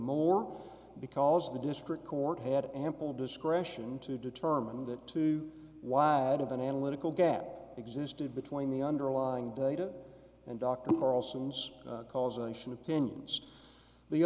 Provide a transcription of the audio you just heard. more because the district court had ample discretion to determine that too wide of an analytical gap existed between the underlying data and